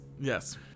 yes